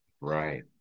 Right